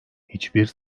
hiçbir